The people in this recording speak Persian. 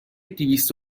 دویست